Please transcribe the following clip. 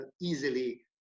easily